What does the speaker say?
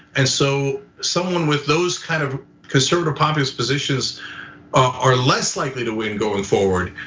and so someone with those kind of conservative populist positions are less likely to win going forward.